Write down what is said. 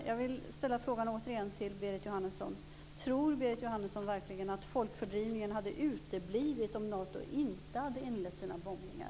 Jag vill återigen ställa frågan till Berit Jóhannesson: Tror Berit Jóhannesson verkligen att folkfördrivningen hade uteblivit om Nato inte hade inlett sina bombningar?